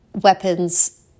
weapons